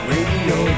Radio